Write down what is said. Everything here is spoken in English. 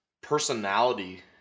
personality